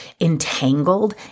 entangled